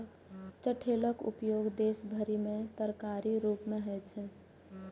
चठैलक उपयोग देश भरि मे तरकारीक रूप मे होइ छै